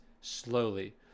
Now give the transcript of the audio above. slowly